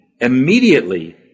immediately